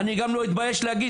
אני גם לא מתבייש להגיד